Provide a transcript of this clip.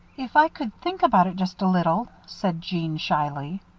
if i could think about it just a little, said jeanne, shyly.